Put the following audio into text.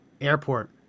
airport